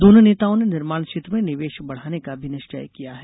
दोनों नेताओं ने निर्माण क्षेत्र में निवेश बढ़ाने का भी निश्चय किया है